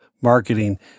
marketing